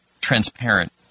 transparent